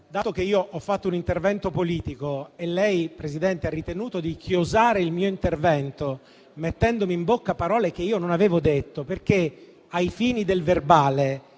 prima. Io ho fatto un intervento politico e lei, Presidente, ha ritenuto di chiosare il mio intervento, mettendomi in bocca parole che io non avevo detto. Ai fini del verbale,